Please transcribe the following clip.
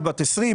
היא בת 20,21,